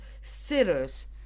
sitters